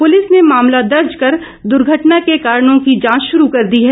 police ने मामला दर्ज कर दुर्घटना के कारणों की जांच शुरू कर दी है